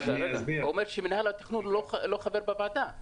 הוא אומר יותר מזה, שמנהל התכנון לא חבר בוועדה.